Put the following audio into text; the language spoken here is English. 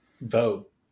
Vote